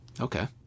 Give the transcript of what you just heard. Okay